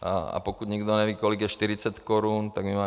A pokud někdo neví, kolik je 40 korun, tak my máme 900.